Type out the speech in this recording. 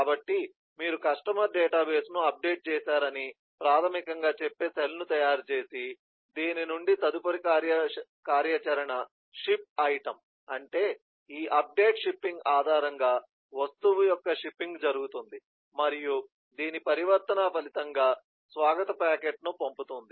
కాబట్టి మీరు కస్టమర్ డేటాబేస్ను అప్డేట్ చేశారని ప్రాథమికంగా చెప్పే సెల్ను తయారు చేసి దీని నుండి తదుపరి కార్యాచరణ షిప్ ఐటెమ్ అంటే ఈ అప్డేట్ షిప్పింగ్ ఆధారంగా వస్తువు యొక్క షిప్పింగ్ జరుగుతుంది మరియు దీని పరివర్తన ఫలితంగా స్వాగత ప్యాకెట్ను పంపుతుంది